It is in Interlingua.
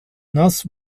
nos